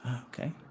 okay